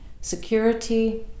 security